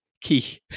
Key